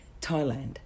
Thailand